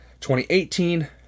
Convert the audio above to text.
2018